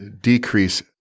decrease